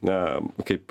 na kaip